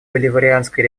боливарианской